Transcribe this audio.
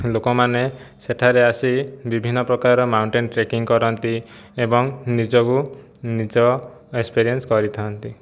ଲୋକମାନେ ସେଠାରେ ଆସି ବିଭିନ୍ନପ୍ରକାର ମାଉଣ୍ଟେନ ଟ୍ରେକିଙ୍ଗ କରନ୍ତି ଏବଂ ନିଜକୁ ନିଜ ଏକ୍ସପେରିଏନ୍ସ କରିଥାନ୍ତି